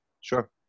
Sure